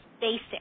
basic